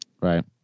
Right